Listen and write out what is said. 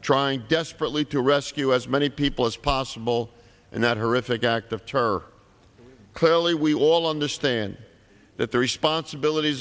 trying desperately to rescue as many people as possible and that horrific act of terror clearly we all understand that the responsibilities